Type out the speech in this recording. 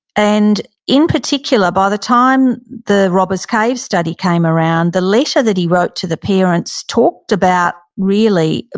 and in particular, by the time the robbers cave study came around, the letter that he wrote to the parents talked about, really,